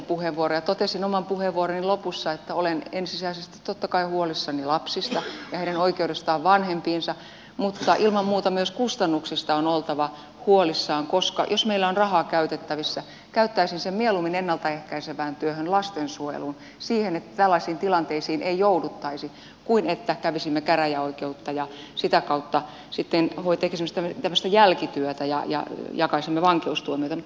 totesin oman puheenvuoroni lopussa että olen ensisijaisesti totta kai huolissani lapsista ja heidän oikeudestaan vanhempiinsa mutta ilman muuta myös kustannuksista on oltava huolissaan koska jos meillä on rahaa käytettävissä käyttäisin sen mieluummin ennalta ehkäisevään työhön lastensuojeluun siihen että tällaisiin tilanteisiin ei jouduttaisi kuin että kävisimme käräjäoikeutta ja sitä kautta sitten tekisimme tämmöistä jälkityötä ja jakaisimme vankeustuomioita